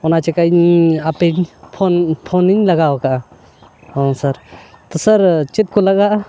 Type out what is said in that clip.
ᱚᱱᱟ ᱪᱤᱠᱟᱹᱧ ᱟᱯᱮᱧ ᱯᱷᱳᱱ ᱯᱷᱳᱱᱤᱧ ᱞᱟᱜᱟᱣ ᱠᱟᱜᱼᱟ ᱦᱮᱸ ᱥᱟᱨ ᱛᱚ ᱥᱟᱨ ᱪᱮᱫ ᱠᱚ ᱞᱟᱜᱟᱜᱼᱟ